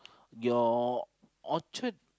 your orchard